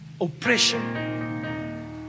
oppression